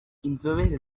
inzobere